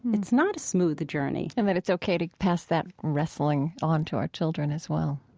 it's not a smooth journey and that it's ok to pass that wrestling on to our children as well